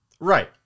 Right